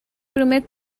primer